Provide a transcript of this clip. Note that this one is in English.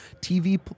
TV